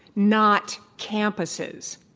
not campuses.